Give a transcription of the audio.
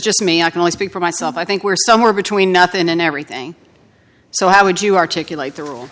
just me i can only speak for myself i think we're somewhere between nothing and everything so how would you articulate